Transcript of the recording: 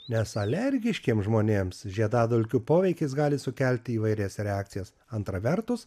nes alergiškiem žmonėms žiedadulkių poveikis gali sukelti įvairias reakcijas antra vertus